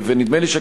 נדמה לי,